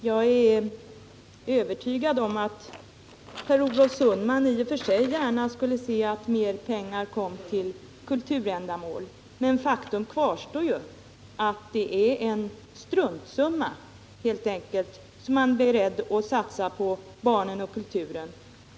Jag är övertygad om att Per Olof Sundman i och för sig gärna skulle se att mer pengar kom till kulturändamål. Men faktum kvarstår ju att det är en struntsumma som man är beredd att satsa på barnen och kulturen.